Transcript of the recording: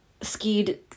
skied